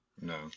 No